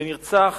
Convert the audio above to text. ונרצח